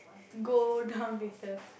go down later